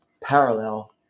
parallel